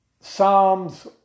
Psalms